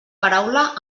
paraula